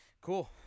Cool